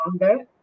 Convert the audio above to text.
longer